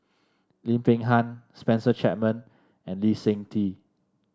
Lim Peng Han Spencer Chapman and Lee Seng Tee